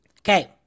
Okay